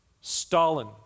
Stalin